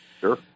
Sure